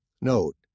Note